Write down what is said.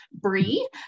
Brie